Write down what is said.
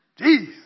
Jeez